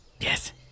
Yes